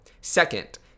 Second